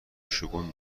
شگون